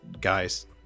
guys